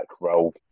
role